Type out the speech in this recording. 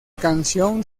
canción